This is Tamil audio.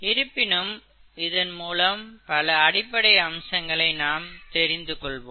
இருப்பினும் இதன் மூலம் பல அடிப்படைத் அம்சங்களை நாம் தெரிந்துகொள்வோம்